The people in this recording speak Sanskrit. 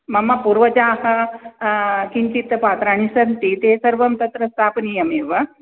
मम पूर्वजाः किञ्चित् पात्राणि सन्ति ते सर्वम् तत्र स्थापनीयमेव